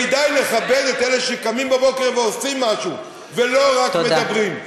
כדאי לכבד את אלה שקמים בבוקר ועושים משהו ולא רק מדברים.